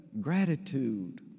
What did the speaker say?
gratitude